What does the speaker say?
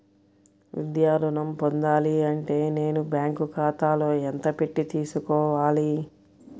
విద్యా ఋణం పొందాలి అంటే నేను బ్యాంకు ఖాతాలో ఎంత పెట్టి తీసుకోవాలి?